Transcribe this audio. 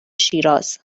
شیراز